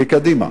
כקדימה,